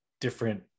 different